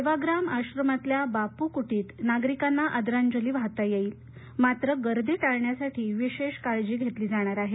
सेवाग्राम आश्रमातल्या बापू कुटीत नागरिकांना आदरांजली वाहता येईल मात्र गर्दी टाळण्यासाठी विशेष काळजी घेतली जाणार आहे